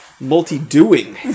Multi-doing